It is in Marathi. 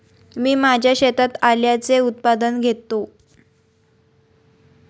मी माझ्या शेतात आल्याचे उत्पादन घेतो